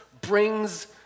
brings